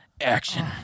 Action